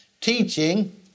teaching